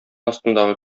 астындагы